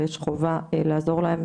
ויש חובה לעזור להם.